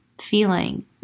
feeling